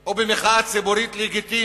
או במחאה ציבורית לגיטימית.